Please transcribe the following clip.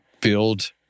build